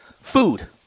Food